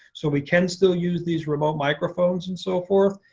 so we can still use these remote microphones and so forth.